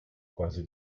quasi